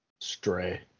Stray